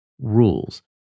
rules